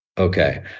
Okay